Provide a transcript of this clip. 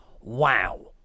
Wow